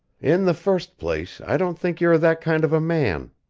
in the first place, i don't think you are that kind of a man.